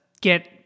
get